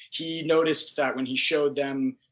he noticed that when he showed them